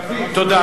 תודה.